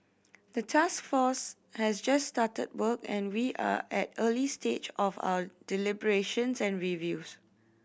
the task force has just started work and we are at early stage of our deliberations and reviews